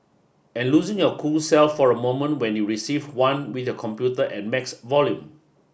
and losing your cool self for a moment when you receive one with your computer at max volume